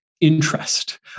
Interest